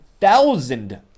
thousand